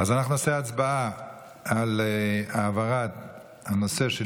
אנחנו נעשה הצבעה על העברת הנושא של